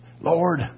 Lord